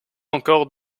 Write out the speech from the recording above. encore